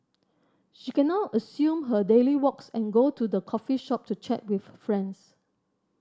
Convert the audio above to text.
she can now resume her daily walks and go to the coffee shop to chat with friends